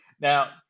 now